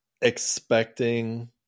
expecting